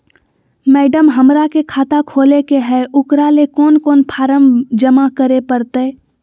Madam, हमरा के खाता खोले के है उकरा ले कौन कौन फारम जमा करे परते?